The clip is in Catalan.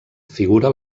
figura